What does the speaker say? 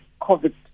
COVID